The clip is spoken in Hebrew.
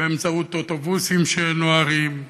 באמצעות אוטובוסים שנוהרים,